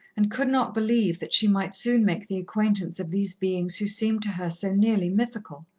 and could not believe that she might soon make the acquaintance of these beings who seemed to her so nearly mythical.